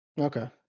Okay